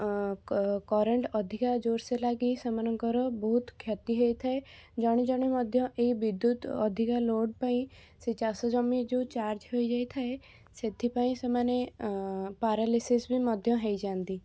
କ କରେଣ୍ଟ ଅଧିକା ଜୋରସେ ଲାଗି ସେମାନଙ୍କର ବହୁତ କ୍ଷତି ହେଇଥାଏ ଜାଣୁ ଜାଣୁ ମଧ୍ୟ ଏଇ ବିଦ୍ୟୁତ ଅଧିକା ଲୋଡ଼ ପାଇ ସେଇ ଚାଷ ଜମି ଯେଉଁ ଚାର୍ଜ ହୋଇଯାଇଥାଏ ସେଥିପାଇଁ ସେମାନେ ପାରାଲିସିସ ବି ମଧ୍ୟ ହେଇଯାଆନ୍ତି